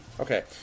Okay